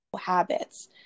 habits